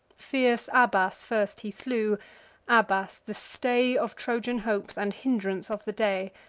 fierce abas first he slew abas, the stay of trojan hopes, and hindrance of the day.